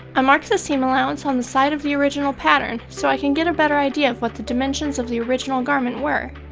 i mark the seam allowance on the side of the original pattern so i can get a better idea of what the dimensions of the original garment were.